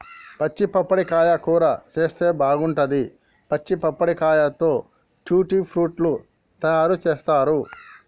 పచ్చి పప్పడకాయ కూర చేస్తే బాగుంటది, పచ్చి పప్పడకాయతో ట్యూటీ ఫ్రూటీ లు తయారు చేస్తారు